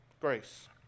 Grace